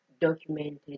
documented